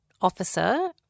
officer